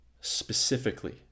Specifically